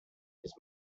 his